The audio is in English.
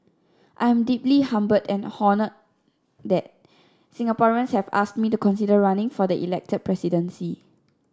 I am deeply humbled and honoured that Singaporeans have asked me to consider running for the elected presidency